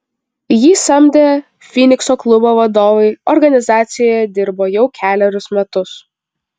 jį samdę finikso klubo vadovai organizacijoje dirbo jau kelerius metus